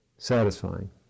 satisfying